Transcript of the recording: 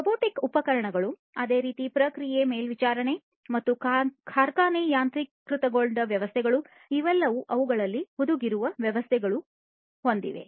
robotic ಉಪಕರಣಗಳು ಅದೇ ರೀತಿ ಪ್ರಕ್ರಿಯೆ ಮೇಲ್ವಿಚಾರಣೆ ಮತ್ತು ಕಾರ್ಖಾನೆ ಯಾಂತ್ರೀಕೃತಗೊಂಡ ವ್ಯವಸ್ಥೆಗಳು ಇವೆಲ್ಲವೂ ಅವುಗಳಲ್ಲಿ ಹುದುಗಿರುವ ವ್ಯವಸ್ಥೆಗಳನ್ನು ಹೊಂದಿವೆ